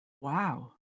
Wow